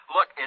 Look